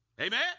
Amen